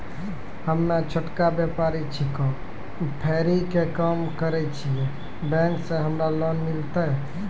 हम्मे छोटा व्यपारी छिकौं, फेरी के काम करे छियै, बैंक से हमरा लोन मिलतै?